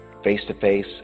face-to-face